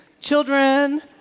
children